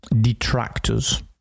detractors